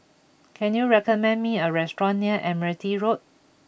can you recommend me a restaurant near Admiralty Road